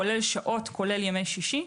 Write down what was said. כולל שעות וימי שישי.